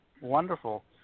Wonderful